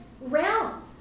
realm